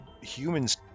Humans